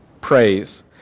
praise